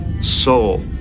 Soul